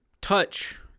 touch